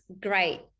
great